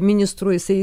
ministru jisai